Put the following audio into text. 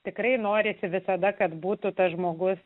tikrai norisi visada kad būtų tas žmogus